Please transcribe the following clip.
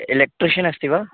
electrician अस्ति वा